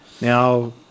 Now